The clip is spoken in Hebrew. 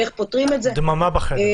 דממה בחדר.